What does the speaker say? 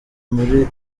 muli